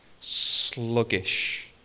sluggish